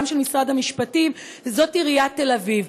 גם של משרד המשפטים: עיריית תל אביב.